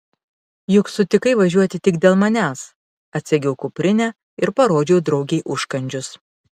juk sutikai važiuoti tik dėl manęs atsegiau kuprinę ir parodžiau draugei užkandžius